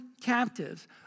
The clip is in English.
captives